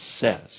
says